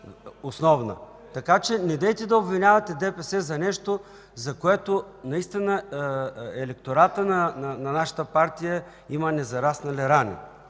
партия. Така че, недейте да обвинявате ДПС за нещо, за което наистина електоратът на нашата партия има незараснали рани,